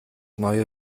neue